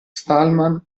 stallman